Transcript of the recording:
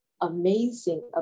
amazing